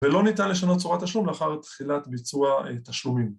‫ולא ניתן לשנות צורת תשלום ‫לאחר תחילת ביצוע את השלומים.